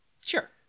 Sure